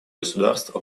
государств